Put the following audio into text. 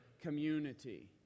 community